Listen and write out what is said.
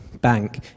bank